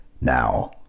Now